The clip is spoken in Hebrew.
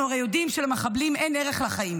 אנחנו הרי יודעים שלמחבלים אין ערך לחיים.